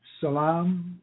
Salam